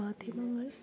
മാധ്യമങ്ങൾ